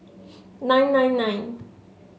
nine nine nine